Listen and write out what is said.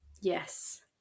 Yes